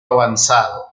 avanzado